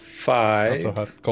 Five